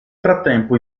frattempo